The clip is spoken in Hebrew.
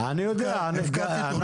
הפקדתי תכנית,